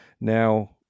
now